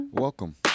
welcome